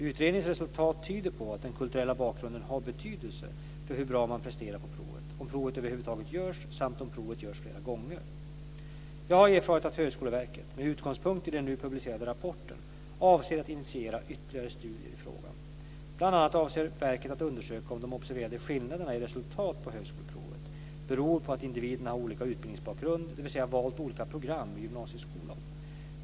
Utredningens resultat tyder på att den kulturella bakgrunden har betydelse för hur bra man presterar på provet, om provet över huvud taget görs samt om provet görs flera gånger. Jag har erfarit att Högskoleverket - med utgångspunkt i den nu publicerade rapporten - avser att initiera ytterligare studier i frågan. Bl.a. avser verket att undersöka om de observerade skillnaderna i resultat på högskoleprovet beror på att individerna har olika utbildningsbakgrund, dvs. valt olika program i gymnasieskolan.